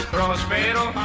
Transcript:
Prospero